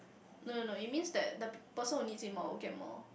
no no no it means that the person will need say more will get more